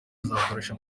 azakoresha